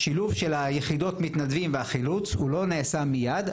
השילוב של יחידות המתנדבים והחילוץ הוא לא נעשה מייד,